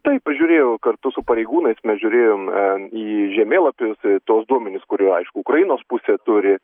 taip aš žiūrėjau kartu su pareigūnais mes žiūrėjom į žemėlapius tuos duomenis kurių aišku ukrainos pusė turi